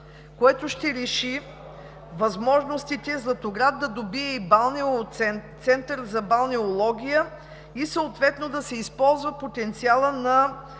което ще реши възможностите Златоград да добие и Център за балнеология, и съответно да се използва потенциалът на